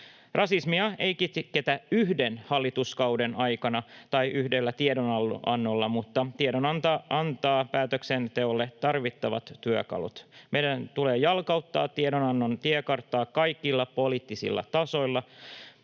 Rasismia ei kitketä yhden hallituskauden aikana tai yhdellä tiedonannolla, mutta tiedon-anto antaa päätöksenteolle tarvittavat työkalut. Meidän tulee jalkauttaa tiedonannon tiekarttaa kaikilla poliittisilla tasoilla,